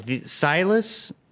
Silas